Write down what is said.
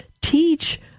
teach